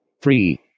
free